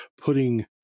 putting